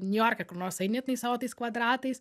niujorke kur nors eini tais savo tais kvadratais